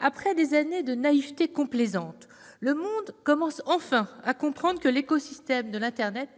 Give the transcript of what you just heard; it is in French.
Après des années de naïveté complaisante, le monde commence enfin à comprendre que l'écosystème de l'internet,